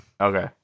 Okay